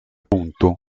punto